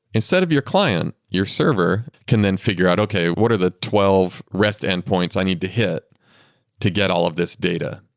instead of your client, your server can then figure out, okay, what are the twelve rest end-points i need to hit to get all of this data?